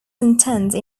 sentence